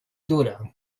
dura